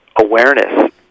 awareness